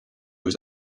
was